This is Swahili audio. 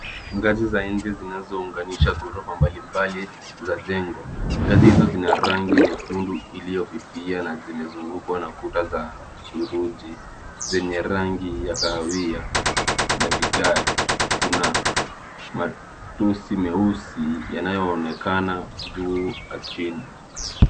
Ngazi za enzi zinazo unganisha ghorofa mbalimbali za jengo. Ngazi hizo zina rangi nyekundu iliyofifia na zime zungukwa na ukuta za suruji. Vivuti vyenye rangi ya kahawia na vigae. Kuna matusi meusi yanayoonekana juu na chini.